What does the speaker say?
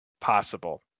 possible